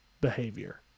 behavior